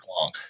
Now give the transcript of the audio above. long